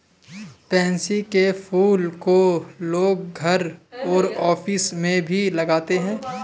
pansy के फूल को लोग घर और ऑफिस में भी लगाते है